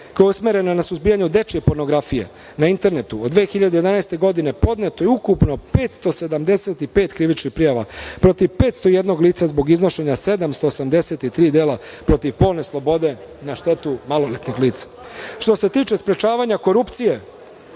koja je usmerena na suzbijanju dečije pornografije na internetu, od 2011. godine podneto je ukupno 575 krivičnih prijava protiv 511 lica zbog iznošenja 783 dela protiv polne slobode, na štetu maloletnih lica. Što se tiče sprečavanja korupcije,